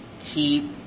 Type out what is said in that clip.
Keep